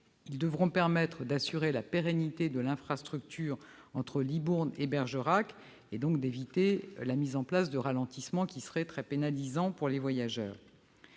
Ils devront permettre d'assurer la pérennité de l'infrastructure entre Libourne et Bergerac et donc d'éviter la mise en place de ralentissements, qui seraient très pénalisants pour les voyageurs.